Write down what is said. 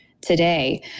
today